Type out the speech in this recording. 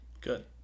Good